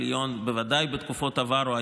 העליון בוודאי בתקופות עברו,